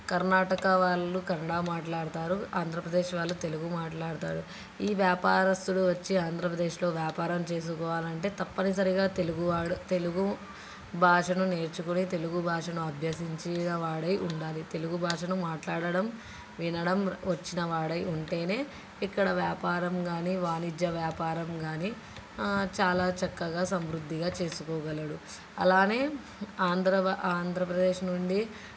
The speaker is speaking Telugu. కర్ణాటక వాళ్ళు కన్నడ మాట్లాడతారు ఆంధ్రప్రదేశ్ వాళ్ళు తెలుగు మాట్లాడతారు ఈ వ్యాపారస్తుడు వచ్చి ఆంధ్రప్రదేశ్లో వ్యాపారం చేసుకోవాలంటే తప్పనిసరిగా తెలుగు వాడు తెలుగు భాషను నేర్చుకుని తెలుగు భాషను అభ్యసించిన వాడై ఉండాలి తెలుగు భాషను మాట్లాడడం వినడం వచ్చిన వాడై ఉంటే ఇక్కడ వ్యాపారం కానీ వాణిజ్య వ్యాపారం కానీ చాలా చక్కగా సమృద్ధిగా చేసుకోగలడు అలాగే ఆంధ్రవా ఆంధ్రప్రదేశ్ నుండి